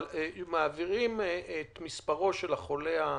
אבל מעבירים את מספרו של החולה המאומת,